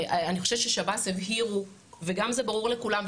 אני חושבת ששב"ס הבהירו וגם זה ברור לכולם,